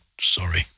sorry